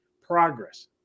progress